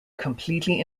completely